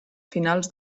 finals